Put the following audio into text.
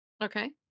Okay